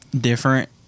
different